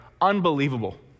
Unbelievable